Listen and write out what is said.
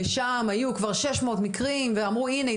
שם היו כבר 600 מקרים ואמרו 'הינה,